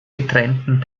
getrennten